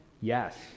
Yes